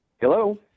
Hello